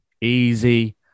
Easy